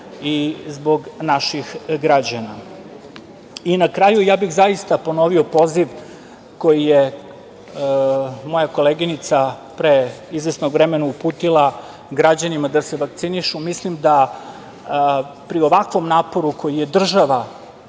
i zbog naših građana.I na kraju, ja bih zaista ponovio poziv koji je moja koleginica pre izvesnog vremena uputila građanima da se vakcinišu. Mislim da pri ovakvom naporu koji je država